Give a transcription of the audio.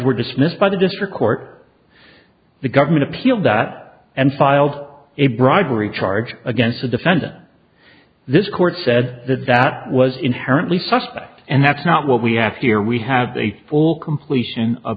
were dismissed by the district court the government appealed that and filed a bribery charge against the defendant this court said that that was inherently suspect and that's not what we have here we have a full completion